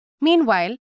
Meanwhile